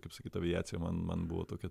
kaip sakyt aviacija man man buvo tokia